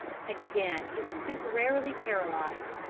again he was temporarily paralysed,